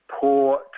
poor